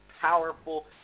powerful